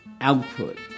output